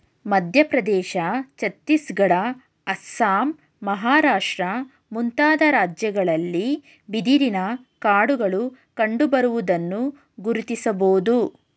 ಮಧ್ಯಪ್ರದೇಶ, ಛತ್ತೀಸ್ಗಡ, ಅಸ್ಸಾಂ, ಮಹಾರಾಷ್ಟ್ರ ಮುಂತಾದ ರಾಜ್ಯಗಳಲ್ಲಿ ಬಿದಿರಿನ ಕಾಡುಗಳು ಕಂಡುಬರುವುದನ್ನು ಗುರುತಿಸಬೋದು